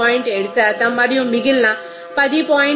7 మరియు మిగిలిన 10